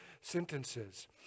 sentences